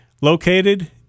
located